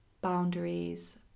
boundaries